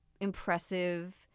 impressive